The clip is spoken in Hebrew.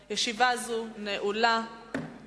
בערוץ-2 נראים שוטרים גוררים בברוטליות